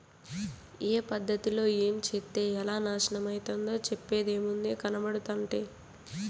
ఏ పద్ధతిలో ఏంచేత్తే ఎలా నాశనమైతందో చెప్పేదేముంది, కనబడుతంటే